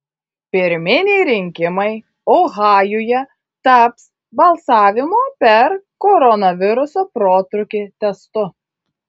pirminiai rinkimai ohajuje taps balsavimo per koronaviruso protrūkį testu